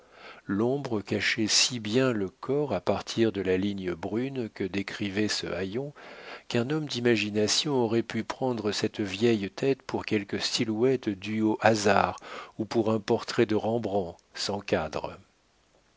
l'ombre cachait si bien le corps à partir de la ligne brune que décrivait ce haillon qu'un homme d'imagination aurait pu prendre cette vieille tête pour quelque silhouette due au hasard ou pour un portrait de rembrandt sans cadre